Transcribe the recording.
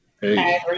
Hey